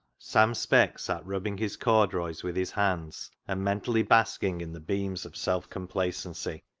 sam speck sat rubbing his corduroys with his hands, and mentally basking in the beams of self-complacency.